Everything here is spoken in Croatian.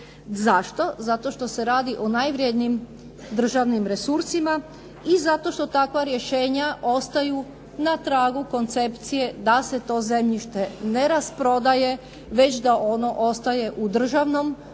Zašto? Zato što se radi o najvrjednijim državnim resursima i zato što takva rješenja ostaju na tragu koncepcije da se to zemljište ne rasprodaje, već da ono ostaje u državnom